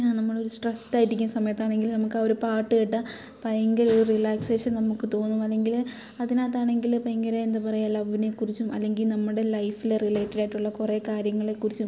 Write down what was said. നമ്മളൊരു സ്ട്രെസ്ഡ് ആയിട്ടിരിക്കുന്ന സമയത്താണെങ്കിൽ നമുക്ക് ആ ഒരു പാട്ട് കേട്ടാൽ ഭയങ്കരൊരു റിലാക്സേഷൻ നമുക്ക് തോന്നും അല്ലെങ്കിൽ അതിനകത്താണെങ്കിൽ ഭയങ്കര എന്താ പറയാ ലവ്വിനെ കുറിച്ചും അല്ലെങ്കിൽ നമ്മുടെ ലൈഫിൽ റിലേറ്റഡ് ആയിട്ടുള്ള കുറെ കാര്യങ്ങളെ കുറിച്ചും